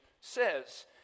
says